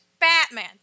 Batman